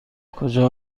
کجا